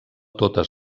totes